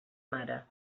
mare